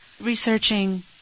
Researching